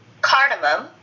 cardamom